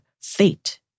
Fate